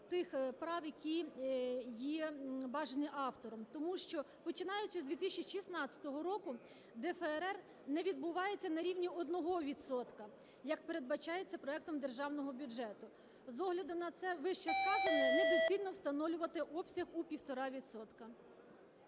тих прав, які є, бажані автором. Тому що, починаючи з 2016 року ДФРР не відбувається на рівні 1 відсотка, як передбачається проектом Державного бюджету. З огляду на вищесказане недоцільно встановлювати обсяг у 1,5